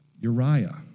Uriah